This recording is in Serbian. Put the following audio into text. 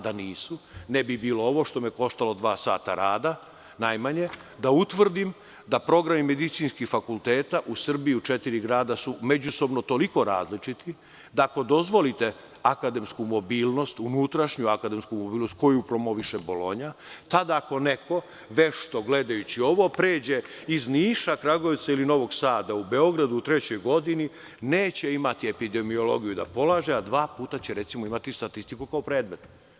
Da nisu, ne bi bilo ovoga što me je koštalo dva sata rada najmanje, da utvrdim da su programi medicinskih fakulteta u Srbiji u četiri grada međusobno toliko različiti da ako dozvolite unutrašnju akademsku mobilnost koju promoviše Bolonja, tada ako neko vešto gledajući ovo pređe iz Niša, Kragujevca ili Novog Sada u Beograd u trećoj godini neće imati epidemiologiju da polaže, a dva puta će imati statistiku kao predmet.